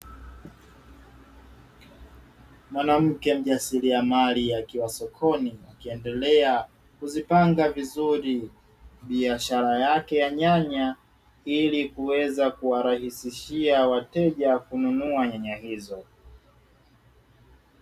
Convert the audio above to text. Mwanamke mjasiriamali akiwa sokoni, akiendelea kuzipanga vizuri biashara yake ya nyanya, ili kuweza kuwarahisishia wateja kuweza kununua nyanya hizo.